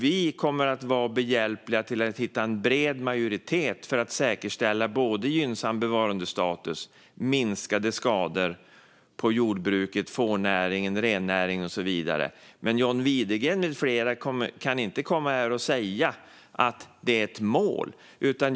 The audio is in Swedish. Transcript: Vi kommer att vara behjälpliga när det gäller att hitta en bred majoritet för att säkerställa både gynnsam bevarandestatus och minskade skador på jordbruket, fårnäringen, rennäringen och så vidare. Men John Widegren med flera kan inte komma här och säga att det är ett mål.